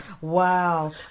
Wow